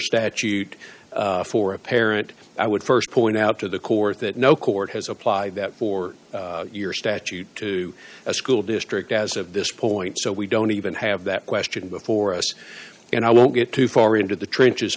statute for a parent i would st point out to the court that no court has applied that for your statute to a school district as of this point so we don't even have that question before us and i won't get too far into the trenches